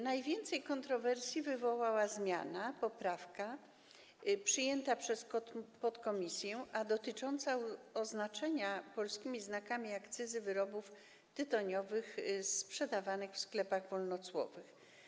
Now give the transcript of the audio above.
Najwięcej kontrowersji wywołała zmiana, poprawka przyjęta przez podkomisję dotycząca oznaczania polskimi znakami akcyzy wyrobów tytoniowych sprzedawanych w sklepach wolnocłowych.